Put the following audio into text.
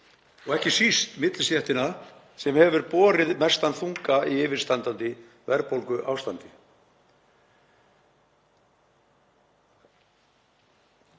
og ekki síst millistéttina sem hefur borið mestan þunga í yfirstandandi verðbólguástandi.